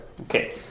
Okay